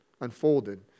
unfolded